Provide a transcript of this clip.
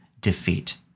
defeat